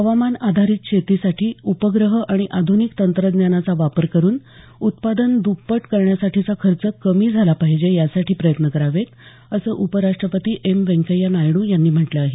हवामान आधारित शेतीसाठी उपग्रह आणि आध्निक तंत्रज्ञानाचा वापर करून उत्पादन दुप्पट करण्यासाठीचा खर्च कमी झाला पाहिजे यासाठी प्रयत्न करावेत असं उपराष्ट्रपती एम व्यंकय्या नायडू यांनी म्हटलं आहे